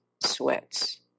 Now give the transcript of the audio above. sweats